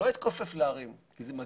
לא יתכופף להרים, כי זה מגעיל.